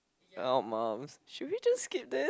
our moms should we just skip this